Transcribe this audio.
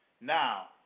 Now